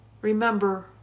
remember